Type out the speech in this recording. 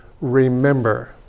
remember